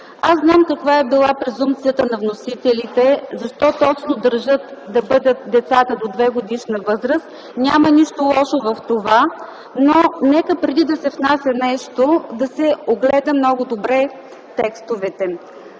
Аз знам каква е била презумпцията на вносителите, защо точно държат децата да бъдат до 2-годишна възраст. Няма нищо лошо в това, но нека преди да се внася нещо да се огледат много добре текстовете.